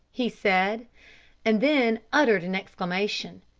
he said and then uttered an exclamation.